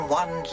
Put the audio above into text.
one